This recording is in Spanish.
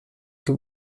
que